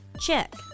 Check